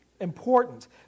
important